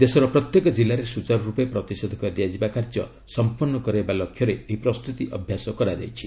ଦେଶର ପ୍ରତ୍ୟେକ ଜିଲ୍ଲାରେ ସୁଚାରୁରୂପେ ପ୍ରତିଷେଧକ ଦିଆଯିବା କାର୍ଯ୍ୟ ସମ୍ପନ୍ନ କରାଇବା ଲକ୍ଷ୍ୟରେ ଏହି ପ୍ରସ୍ତୁତି ଅଭ୍ୟାସ କରାଯାଇଛି